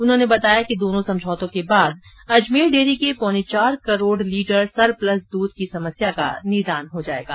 उन्होंने बताया कि दोनों समझौतों के बाद अजमेर डेयरी के पौने चार करोड़ लीटर सरप्लस दूध की समस्या का निदान हो जाएगा